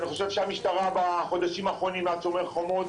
אני חושב שהמשטרה בחודשים האחרונים מאז שומר חומות